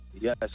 Yes